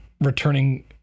returning